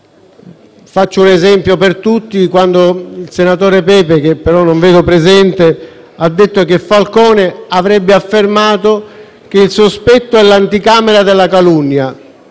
Faccio un esempio per tutti: quando il senatore Pepe, che però non vedo presente, ha detto che Falcone avrebbe affermato che il sospetto è l'anticamera della calunnia.